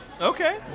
Okay